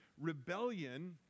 Rebellion